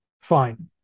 fine